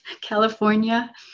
California